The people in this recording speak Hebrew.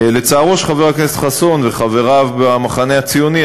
לצער חבר הכנסת חסון וחבריו במחנה הציוני,